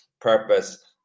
purpose